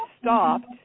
stopped